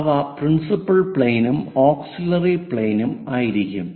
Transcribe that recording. അവ പ്രിൻസിപ്പൽ പ്ലെയിനും ഓക്സിലിയറി പ്ലെയിനും ആയിരിക്കും